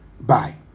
Bye